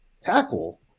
tackle